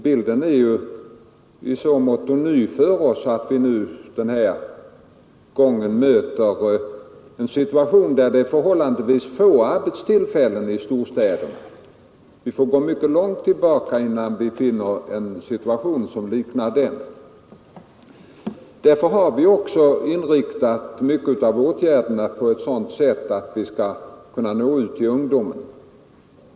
Bilden är i så måtto ny för oss att vi den här gången möter en situation med förhållandevis få arbetstillfällen i storstäderna. Vi får gå mycket långt tillbaka i tiden för att finna en situation som liknar den nuvarande. Därför har vi också inriktat mycket av åtgärderna på att nå ut till ungdomen.